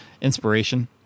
inspiration